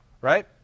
right